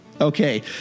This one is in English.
Okay